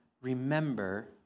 remember